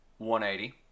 180